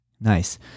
Nice